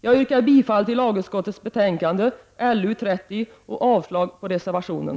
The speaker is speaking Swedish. Jag yrkar bifall till lagutskottets hemställan i betänkande 1989/90:LU30 och avslag på reservationen.